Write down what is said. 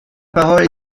parole